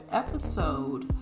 episode